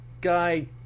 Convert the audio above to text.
guy